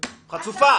חצופה.